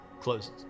closes